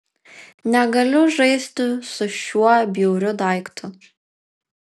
negaliu žaisti su šiuo bjauriu daiktu